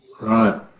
Right